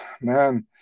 Man